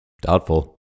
doubtful